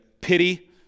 pity